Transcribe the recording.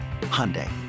Hyundai